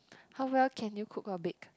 how well can you cook or bake